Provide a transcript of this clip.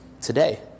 today